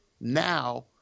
now